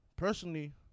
Personally